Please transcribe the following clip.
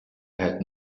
had